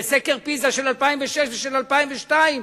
בסקר "פיזה" של 2006 ושל 2002,